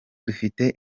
dufite